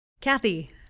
Kathy